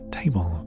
table